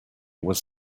was